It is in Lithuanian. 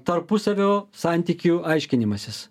tarpusavio santykių aiškinimasis